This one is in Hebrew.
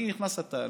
אני נכנס לתהליך.